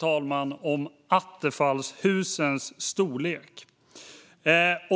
handlar om attefallshusens storlek.